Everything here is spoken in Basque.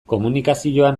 komunikazioan